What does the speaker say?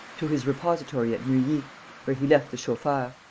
to his repository at neuilly, where he left the chauffeur.